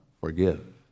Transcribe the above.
forgive